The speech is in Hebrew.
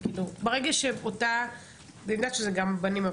אני יודעת שזה גם בנים,